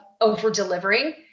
over-delivering